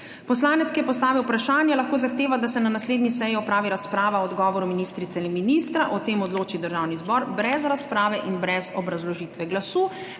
Poslanec, ki je postavil vprašanje, lahko zahteva, da se na naslednji seji opravi razprava o odgovoru ministrice ali ministra. O tem odloči državni zbor brez razprave in brez obrazložitve glasu,